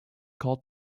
called